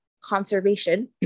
conservation